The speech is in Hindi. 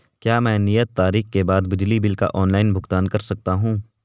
क्या मैं नियत तारीख के बाद बिजली बिल का ऑनलाइन भुगतान कर सकता हूं?